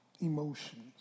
emotions